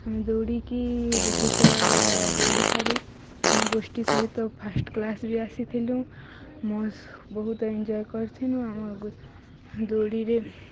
ଆମେ ଦୌଡ଼ିକି ବହୁତ ଦୌଡ଼ି ସାରି ଆମ ଗୋଷ୍ଠୀ ସହିତ ଫାର୍ଷ୍ଟ କ୍ଲାସ୍ ବି ଆସିଥିଲୁ ମୋ ବହୁତ ଏନ୍ଜୟ କରିଥିଲୁ ଆମ ଦୌଡ଼ିରେ